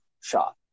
shot